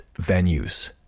venues